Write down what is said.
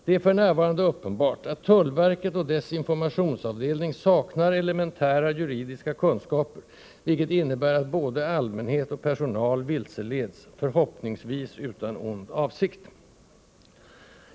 Det är f.n. uppenbart att tullverket och dess informationsavdelning saknar elementära juridiska kunskaper, vilket innebär att både allmänhet och personal vilseleds, förhoppningsvis utan ond avsikt.